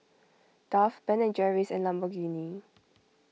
Dove Ben and Jerry's and Lamborghini